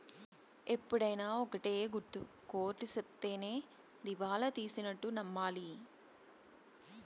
ఎప్పుడైనా ఒక్కటే గుర్తు కోర్ట్ సెప్తేనే దివాళా తీసినట్టు నమ్మాలి